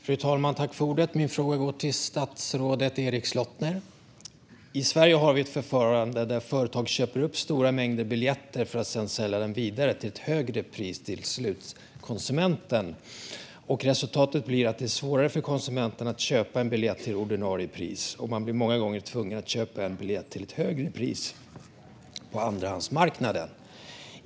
Fru talman! Min fråga går till statsrådet Erik Slottner. I Sverige har vi ett förfarande där företag köper upp stora mängder biljetter för att sedan sälja dem vidare till ett högre pris till slutkonsumenten. Resultatet blir att det är svårare för konsumenten att köpa en biljett till ordinarie pris. Man blir många gånger tvungen att köpa en biljett till ett högre pris på andrahandsmarknaden.